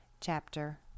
Chapter